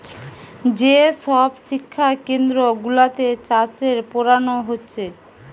যে সব শিক্ষা কেন্দ্র গুলাতে চাষের পোড়ানা হচ্ছে